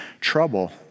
trouble